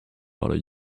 bother